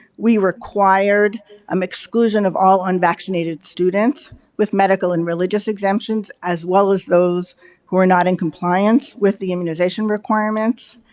we required um exclusion of all unvaccinated students with medical and religious exemptions as well as those who are not in compliance with the immunization requirements.